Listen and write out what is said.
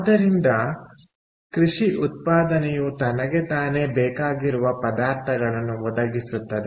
ಆದ್ದರಿಂದ ಕೃಷಿ ಉತ್ಪಾದನೆಯು ತನಗೆ ತಾನೇ ಬೇಕಾಗಿರುವ ಪದಾರ್ಥಗಳನ್ನು ಒದಗಿಸುತ್ತದೆ